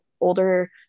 older